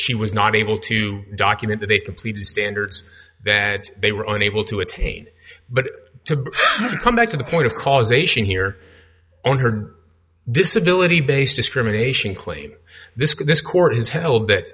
she was not able to document that they completed standards that they were unable to attain but to come back to the point of causation here on her disability based discrimination claim this could this court has held that